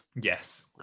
Yes